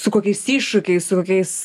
su kokiais iššūkiais su kokiais